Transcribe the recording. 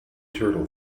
turtle